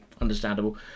understandable